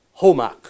Homak